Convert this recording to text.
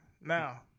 Now